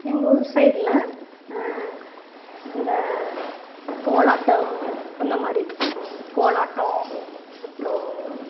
எங்கள் ஊர் சைடில் அந்த கோலாட்டம் அந்த மாதிரி கோலாட்டம் அப்புறோம்